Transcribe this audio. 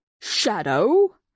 Shadow